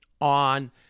on